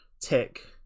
tick